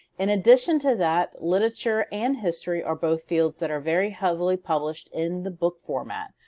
in addition to that literature and history are both fields that are very heavily published in the book format.